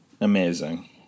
Amazing